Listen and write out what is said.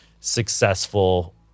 successful